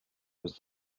was